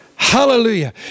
Hallelujah